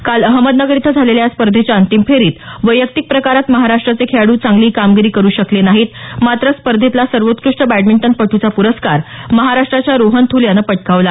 काल अहमदनगर इथं झालेल्या या स्पर्धेच्या अंतिम फेरीत वैयक्तिक प्रकारात महाराष्ट्राचे खेळाड्र चांगली कामगिरी करू शकले नाहीत मात्र स्पर्धेतला सर्वोत्कृष्ट बॅटमिंटन पट्रचा प्रस्कार महाराष्ट्राच्या रोहन थुल यानं पटकावला